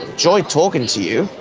enjoy talking to you.